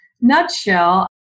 nutshell